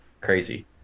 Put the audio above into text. Crazy